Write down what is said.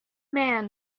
man